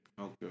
Okay